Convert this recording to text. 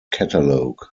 catalogue